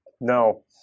No